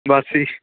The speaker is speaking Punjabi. ਬਸ ਜੀ